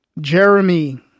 Jeremy